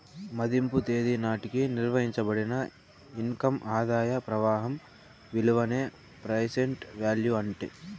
మదింపు తేదీ నాటికి నిర్వయించబడిన ఇన్కమ్ ఆదాయ ప్రవాహం విలువనే ప్రెసెంట్ వాల్యూ అంటీ